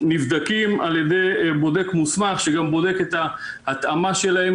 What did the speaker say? נבדקים על-ידי בודק מוסמך שגם בודק את ההתאמה שלהם,